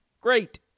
great